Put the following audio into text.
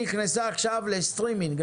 נכנסה עכשיו לסטרימינג.